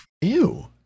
Ew